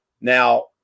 Now